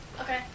Okay